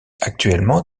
actuellement